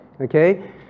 Okay